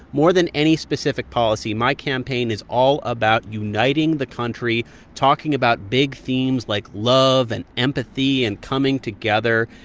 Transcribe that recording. more than any specific policy, my campaign is all about uniting the country talking about big themes like love and empathy and coming together.